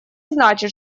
значит